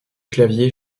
clavier